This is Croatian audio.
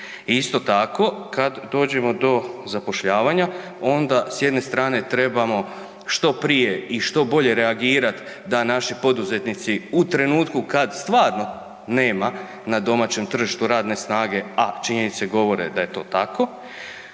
isto tako kad dođemo do zapošljavanja, onda s jedne strane trebamo što prije i što bolje reagirati da naši poduzetnici u trenutku kad stvarno nema na domaćem tržištu radne snage a činjenice govore da je to tako,